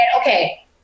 okay